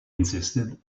insisted